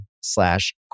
slash